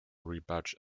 rebadged